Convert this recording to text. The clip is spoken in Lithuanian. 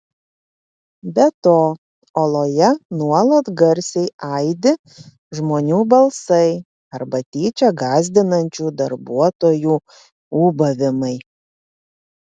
be to oloje nuolat garsiai aidi žmonių balsai arba tyčia gąsdinančių darbuotojų ūbavimai